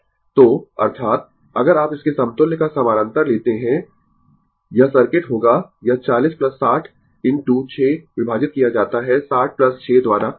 तो अर्थात अगर आप इसके समतुल्य का समानांतर लेते है यह सर्किट होगा यह 40 60 इनटू 6 विभाजित किया जाता है 60 6 द्वारा